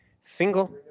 single